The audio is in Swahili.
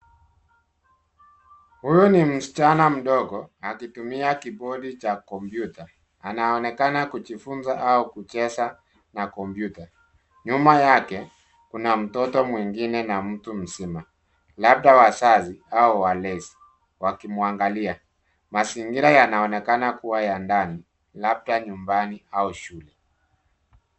Huyu ni msichana mdogo akitumia kibodi cha kompyuta. Anaonekana kujifunza au kucheza na kompyuta. Nyuma yake kuna mtoto mwingine na mtu mzima, labda wazazi au walezi wakimwangalia. Mazingira yanaonekana kuwa ya ndani, labda nyumbani au shule.